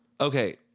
Okay